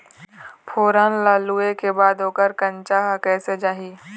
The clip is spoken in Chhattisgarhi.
फोरन ला लुए के बाद ओकर कंनचा हर कैसे जाही?